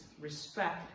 respect